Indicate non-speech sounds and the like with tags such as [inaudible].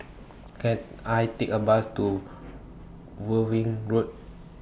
[noise] Can I Take A Bus to Worthing Road